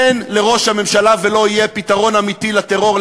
אין לראש הממשלה ולא יהיה פתרון אמיתי לטרור,